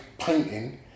painting